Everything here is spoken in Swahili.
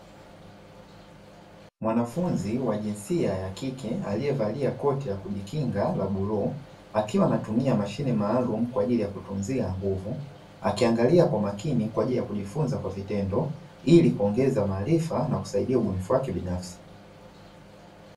Mwanafunzi wa jinsia ya kike aliyevalia koti ya kujikinga la bluu akiwa anatumia mashine maalumu kwa ajili ya kutunzia nguvu, akiangalia kwa makini kwa ajili ya kujifunza kwa vitendo ili kuongeza maarifa na kusaidia ubunifu wake binafsi.